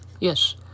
Yes